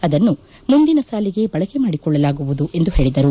ಅದನ್ನು ಮುಂದಿನ ಸಾಲಿಗೆ ಬಳಕೆ ಮಾಡಿಕೊಳ್ಳಲಾಗುವುದು ಎಂದು ಹೇಳಿದರು